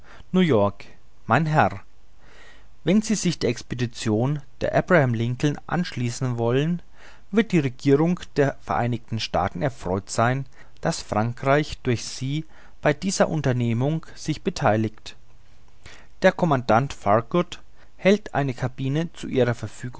hotel new-york mein herr wenn sie sich der expedition des abraham lincoln anschließen wollen wird die regierung der ver staaten erfreut sein daß frankreich durch sie bei dieser unternehmung sich betheilige der commandant farragut hält eine cabine zu ihrer verfügung